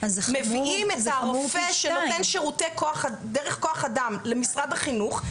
מביאים את הרופא דרך כוח אדם למשרד החינוך,